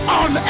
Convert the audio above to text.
on